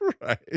Right